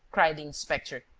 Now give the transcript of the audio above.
cried the inspector,